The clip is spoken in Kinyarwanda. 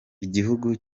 igihugu